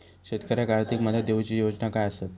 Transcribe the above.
शेतकऱ्याक आर्थिक मदत देऊची योजना काय आसत?